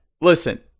listen